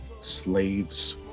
slaves